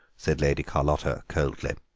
said lady carlotta coldly.